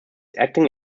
acting